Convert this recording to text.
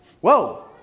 Whoa